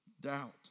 doubt